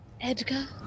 Edgar